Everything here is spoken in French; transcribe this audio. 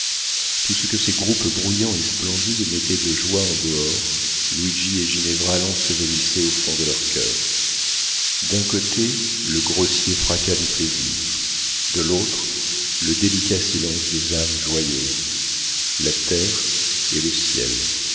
tout ce que ces groupes bruyants et splendides mettaient de joie en dehors luigi et ginevra l'ensevelissaient au fond de leurs coeurs d'un côté le grossier fracas du plaisir de l'autre le délicat silence des âmes joyeuses la terre et le ciel